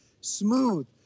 smooth